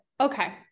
okay